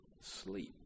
sleep